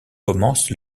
commence